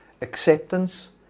acceptance